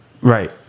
Right